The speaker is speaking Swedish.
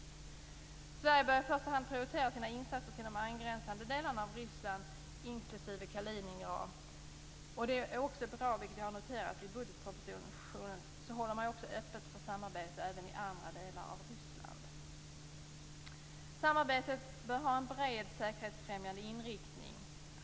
Sverige bör i första hand prioritera sina insatser till de angränsande delarna av Ryssland, inklusive Kaliningrad. Det är också bra, vilket jag har noterat i budgetpropositionen, att man håller öppet för samarbete även i andra delar av Ryssland. Samarbetet bör ha en bred säkerhetsfrämjande inriktning.